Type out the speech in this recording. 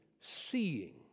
seeing